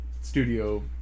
studio